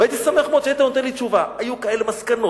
והייתי שמח מאוד שהיית נותן לי תשובה: היו כאלה מסקנות,